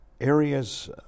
areas